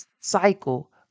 cycle